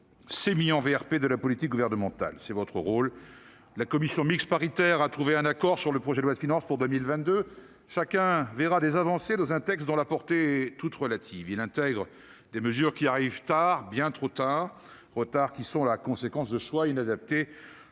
sémillant VRP de la politique gouvernementale. C'est votre rôle. La commission mixte paritaire a trouvé un accord sur le projet de loi de finances rectificative pour 2022. Chacun verra des avancées dans un texte dont la portée est toute relative. Il intègre des mesures qui arrivent trop tard, bien trop tard, ces retards étant la conséquence de choix inadaptés